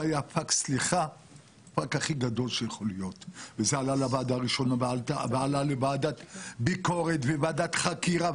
זה עלה לוועדת ביקורת ולוועד חקירה,